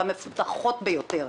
והמפותחות יותר.